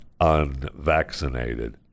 unvaccinated